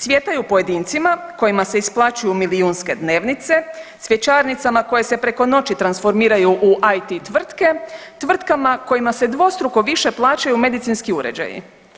Cvjetaju pojedincima kojima se isplaćuju milijunske dnevnice, cvjećarnicama koje se preko noći transformiraju u IT tvrtke, tvrtkama kojima se dvostruko više plaćaju medicinski uređaji.